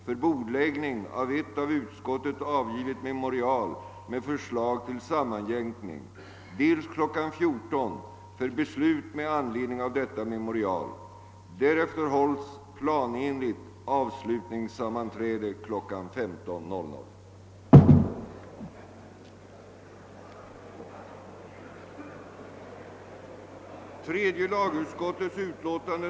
För tillstånd fordras dels att behov föreligger av den ifrågasatta trafiken, dels att sökanden har förutsättningar att driva en på en gång serviceinriktad och företagsekonomiskt rationell trafik.